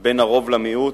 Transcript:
בין הרוב למיעוט,